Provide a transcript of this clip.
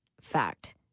fact